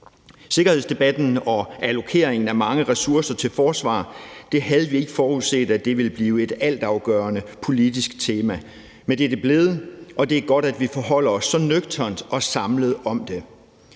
Sikkerhedsdebatten og allokeringen af mange ressourcer til forsvar havde vi ikke forudset ville blive et altafgørende politisk tema, men det er det blevet, og det er godt, at vi forholder os så nøgternt og samlet til det.